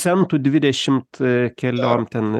centų dvidešimt keliom ten